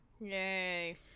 Yay